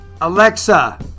Alexa